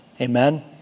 Amen